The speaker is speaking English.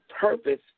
purpose